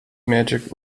magic